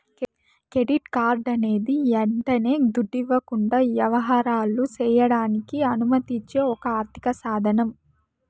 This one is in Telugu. కెడిట్ కార్డన్నది యంటనే దుడ్డివ్వకుండా యవహారాలు సెయ్యడానికి అనుమతిచ్చే ఒక ఆర్థిక సాదనం